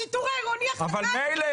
שיטור עירוני --- מילא,